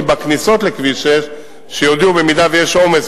בכניסות לכביש 6 שיודיעו במידה שיש עומס,